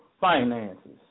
Finances